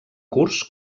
curs